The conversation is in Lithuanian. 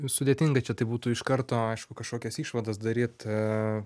sudėtinga čia taip būtų iš karto aišku kažkokias išvadas daryt